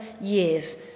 years